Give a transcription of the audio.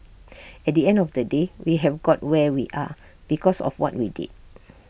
at the end of the day we have got where we are because of what we did